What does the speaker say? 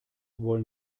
wollen